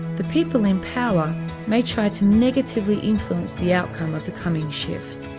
the people in power may try to negatively influence the outcome of the coming shift.